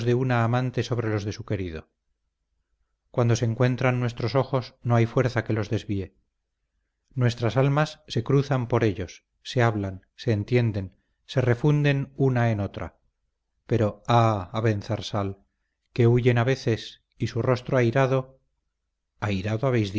una amante sobre los de su querido cuando se encuentran nuestros ojos no hay fuerza que los desvíe nuestras almas se cruzan por ellos se hablan se entienden se refunden una en otra pero ah abenzarsal que huyen a veces y su rostro airado